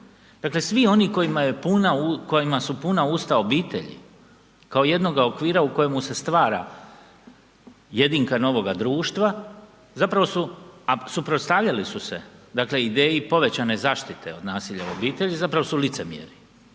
Dakle svi oni kojima su puna usta obitelji kao jednoga okvira u kojemu se stvara jedinka novoga društva zapravo su, a suprotstavili su se ideji povećane zaštite od nasilja u obitelji zapravo su licemjeri